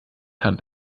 hand